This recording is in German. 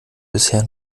bisher